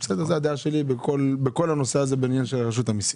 זו הדעה שלי בכל הנושא הזה בעניין של רשות המיסים,